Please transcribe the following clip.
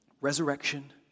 Resurrection